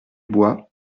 bois